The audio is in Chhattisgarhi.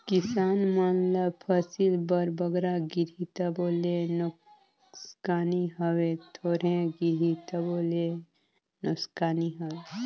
किसान मन ल फसिल बर बगरा गिरही तबो ले नोसकानी हवे, थोरहें गिरही तबो ले नोसकानी हवे